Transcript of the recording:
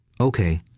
okay